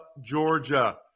Georgia